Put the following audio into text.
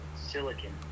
silicon